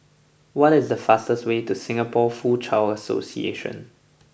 what is the fastest way to Singapore Foochow Association